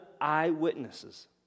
eyewitnesses